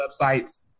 websites